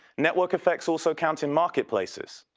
network effects also count in marketplaces.